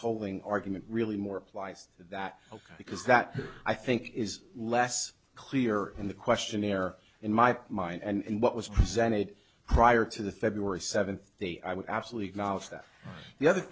tolling argument really more applies to that because that i think is less clear in the questionnaire in my mind and what was presented prior to the february seventh day i would absolutely acknowledge that the other